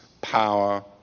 power